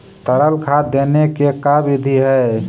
तरल खाद देने के का बिधि है?